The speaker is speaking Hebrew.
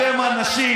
אתם אנשים